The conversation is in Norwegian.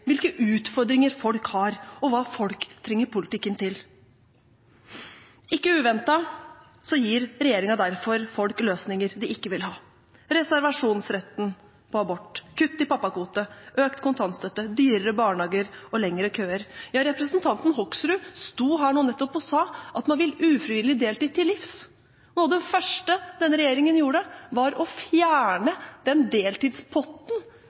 reservasjonsretten for abort, kutt i pappakvote, økt kontantstøtte, dyrere barnehager og lengre køer. Representanten Hoksrud sto her nettopp og sa at man vil ufrivillig deltid til livs. Noe av det første denne regjeringen gjorde, var å fjerne den deltidspotten